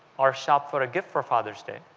or shop for a gift for father's day,